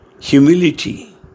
humility